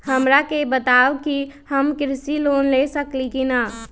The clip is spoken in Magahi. हमरा के बताव कि हम कृषि लोन ले सकेली की न?